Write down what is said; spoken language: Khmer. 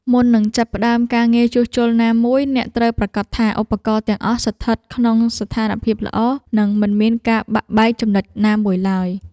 មុននឹងចាប់ផ្តើមការងារជួសជុលណាមួយ អ្នកត្រូវប្រាកដថាឧបករណ៍ទាំងអស់ស្ថិតក្នុងស្ថានភាពល្អ និងមិនមានការបាក់បែកចំណុចណាមួយឡើយ។